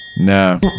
No